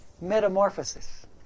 Metamorphosis